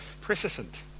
precedent